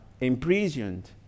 imprisoned